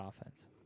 offense